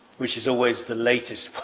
which is always the latest